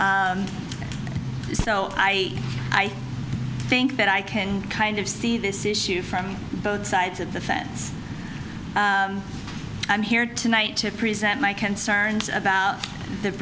so i think that i can kind of see this issue from both sides of the fence i'm here tonight to present my concerns about the